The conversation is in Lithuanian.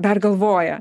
dar galvoja